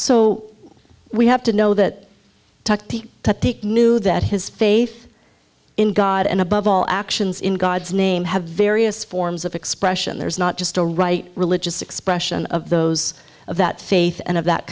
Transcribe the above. so we have to know that knew that his faith in god and above all actions in god's name have various forms of expression there is not just a right religious expression of those of that faith and of that